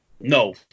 No